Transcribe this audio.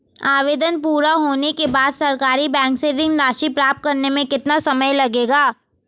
आवेदन पूरा होने के बाद सरकारी बैंक से ऋण राशि प्राप्त करने में कितना समय लगेगा?